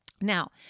Now